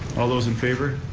all those in favor?